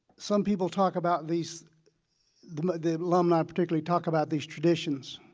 some people talk about these the alumni particularly talk about these traditions